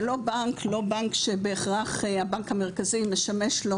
זה לא בנק שבהכרח הבנק המרכזי משמש לו